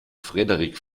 frederik